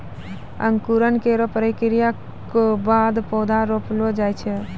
अंकुरन केरो प्रक्रिया क बाद पौधा रोपलो जाय छै